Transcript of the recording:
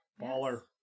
baller